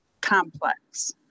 complex